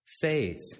faith